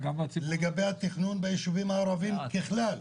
לגבי התכנון בישובים הערבים ככלל.